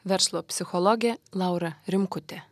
verslo psichologė laura rimkutė